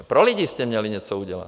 Pro lidi jste měli něco udělat.